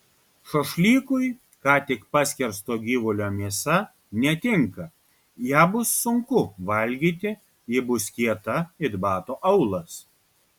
šašlykui ką tik paskersto gyvulio mėsa netinka ją bus sunku valgyti ji bus kieta it bato aulas